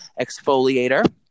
exfoliator